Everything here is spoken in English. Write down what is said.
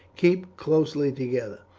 keep closely together,